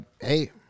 hey